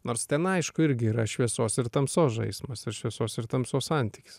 nors ten aišku irgi yra šviesos ir tamsos žaismas ir šviesos ir tamsos santykis